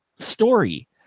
story